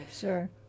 sure